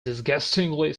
disgustingly